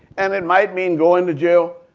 and it might mean going to jail.